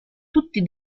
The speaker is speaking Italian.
tutti